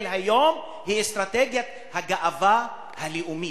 היום היא אסטרטגיית הגאווה הלאומית.